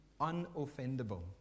unoffendable